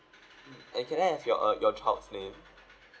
mm and can I have your uh your child's name